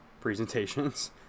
presentations